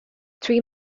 three